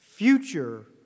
Future